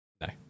No